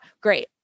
great